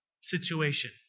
situation